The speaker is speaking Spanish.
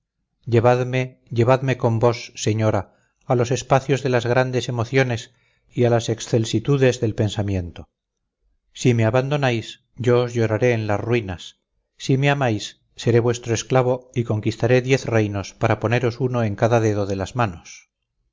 llevadme llevadme con vos señora a los espacios de las grandes emociones y a las excelsitudes del pensamiento si me abandonáis yo os lloraré en las ruinas si me amáis seré vuestro esclavo y conquistaré diez reinos para poneros uno en cada dedo de las manos